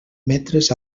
metres